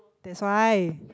that's why